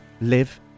live